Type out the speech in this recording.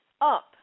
up